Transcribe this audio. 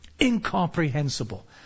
incomprehensible